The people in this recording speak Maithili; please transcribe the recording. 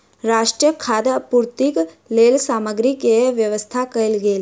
राष्ट्रक खाद्य पूर्तिक लेल सामग्री के व्यवस्था कयल गेल